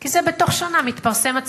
כי זה בתוך שנה מתפרסם,